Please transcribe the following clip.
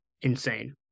Insane